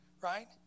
right